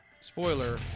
spoiler